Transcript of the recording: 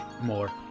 more